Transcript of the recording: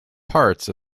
parts